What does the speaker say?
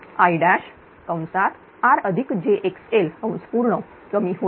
म्हणून Irjxl कमी होईल